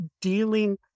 dealing